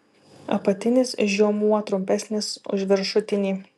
apatinis žiomuo trumpesnis už viršutinį